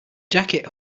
jacket